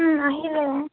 আহিলে